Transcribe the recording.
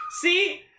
See